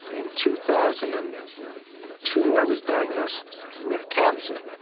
in two thousand and two, i was diagnosed with cancer.